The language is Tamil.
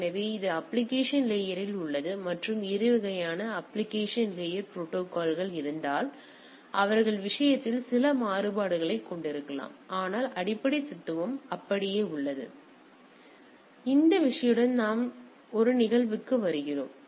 எனவே இது அப்ப்ளிகேஷன் லேயர்ல் உள்ளது மற்றும் வேறு வகையான அப்ப்ளிகேஷன் லேயர் ப்ரோடோகால்கள் இருந்தால் அவர்கள் விஷயத்தில் சில மாறுபாடுகளைக் கொண்டிருக்கலாம் இப்போது இந்த விஷயத்துடன் நாம் ஒரு நிகழ்வுக்கு வருகிறோம்